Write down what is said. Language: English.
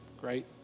Great